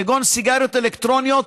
כגון סיגריות אלקטרוניות,